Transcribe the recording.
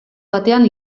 batean